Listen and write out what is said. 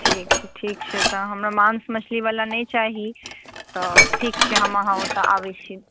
ठीक छै ठीक छै तऽ हमर माँस मछली बला नहि चाही तऽ ठीक छै हम अहाँ ओतऽ आबैत छी